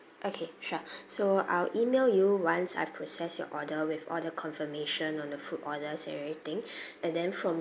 okay sure so I'll email you once I've processed your order with all the confirmation on the food orders everything and then from